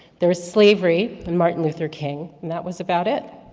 there was slavery, and martin luther king, and that was about it.